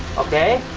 okay.